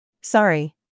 Sorry